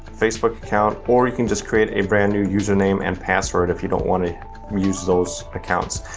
facebook account, or you can just create a brand new username and password if you don't wanna use those accounts.